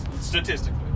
statistically